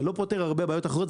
זה לא פותר הרבה בעיות אחרות,